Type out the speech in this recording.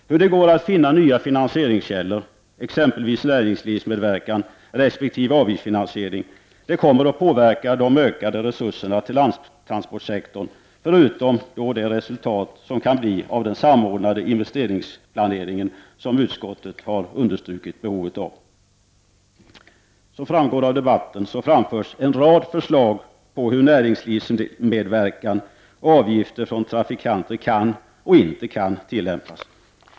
Hur det går att finna nya finansieringskällor, exempelvis näringslivsmedverkan resp. avgiftsfinansiering, kommer att påverka de ökade resurserna till landtransportsektorn, förutom det resultat som kan åstadkommas av den samordnade investeringsplaneringen som utskottet har understrukit behovet av. Som framgår av debatten framförs en rad förslag på hur näringslivsmedverkan och avgifter från trafikanter kan och inte kan tillämpas.